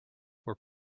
were